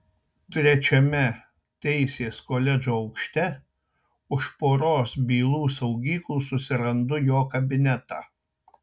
trečiame teisės koledžo aukšte už poros bylų saugyklų susirandu jo kabinetą